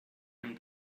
him